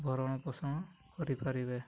ଭରଣ ପୋଷଣ କରିପାରିବେ